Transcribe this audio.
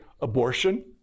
abortion